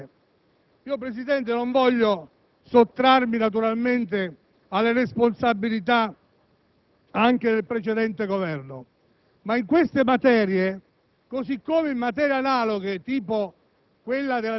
che disciplinano il procedimentolegislativo e, segnatamente, con l'articolo 72della Costituzione, secondo cui ogni legge deve essere approvata articolo per articolo e convotazione finale».